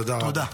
תודה.